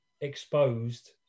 exposed